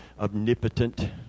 omnipotent